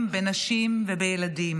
בנשים ובילדים.